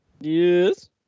Yes